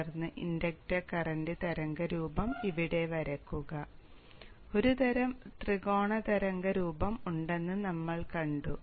തുടർന്ന് inductor current തരംഗരൂപം ഇവിടെ വരയ്ക്കുക ഒരു തരം ത്രികോണ തരംഗരൂപം ഉണ്ടെന്ന് നമ്മൾ കണ്ടു